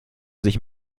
sich